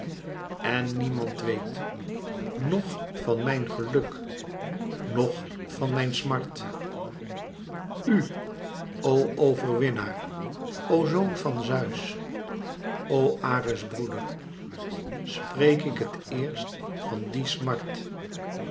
en niemand weet noch van mijn geluk noch van mijn smart u o verwinnaar o zoon van zeus o ares broeder spreek ik het eerst van die smart